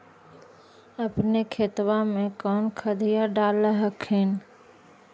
अपने खेतबा मे कौन खदिया डाल हखिन?